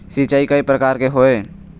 सिचाई कय प्रकार के होये?